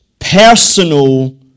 Personal